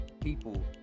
people